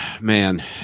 man